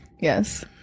yes